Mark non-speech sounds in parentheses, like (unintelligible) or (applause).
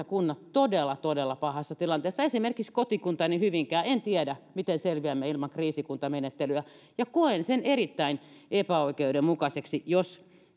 (unintelligible) kunnat todella todella pahassa tilanteessa esimerkiksi kotikuntani hyvinkää en tiedä miten selviämme ilman kriisikuntamenettelyä ja koen sen erittäin epäoikeudenmukaiseksi jos